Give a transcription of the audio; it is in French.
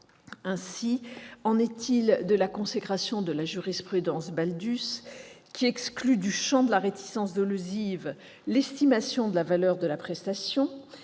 Ainsi en est-il de la consécration de la jurisprudence, qui exclut du champ de la réticence dolosive l'estimation de la valeur de la prestation,